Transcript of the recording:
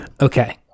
Okay